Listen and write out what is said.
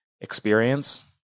experience